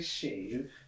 shave